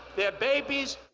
they're babies.